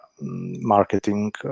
marketing